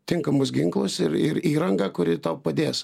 tinkamus ginklus ir ir įrangą kuri tau padės